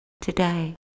today